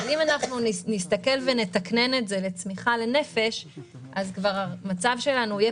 אבל אם נתקנן את זה לצמיחה לנפש אז המצב שלנו יהיה